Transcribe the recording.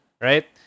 right